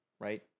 Right